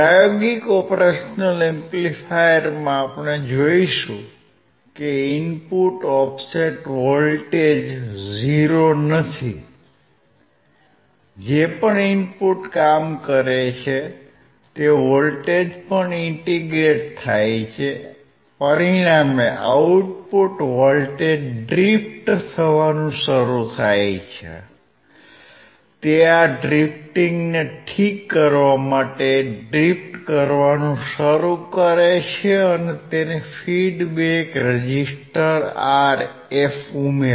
પ્રાયોગિક ઓપરેશનલ એમ્પ્લિફાયરમાં આપણે જોઈશું કે ઇનપુટ ઓફસેટ વોલ્ટેજ 0 નથી જે પણ ઇનપુટ કામ કરે છે તે વોલ્ટેજ પણ ઇન્ટીગ્રેટ થાય છે પરિણામે આઉટપુટ વોલ્ટેજ ડ્રિફ્ટ થવાનું શરૂ થાય છે તે આ ડ્રિફ્ટિંગને ઠીક કરવા માટે ડ્રિફ્ટ કરવાનું શરૂ કરે છે અને તેને માટે ફિડ્બેક રેઝિસ્ટર Rf ઉમેરો